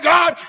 God